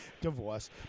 divorce